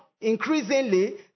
increasingly